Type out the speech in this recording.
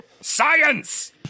Science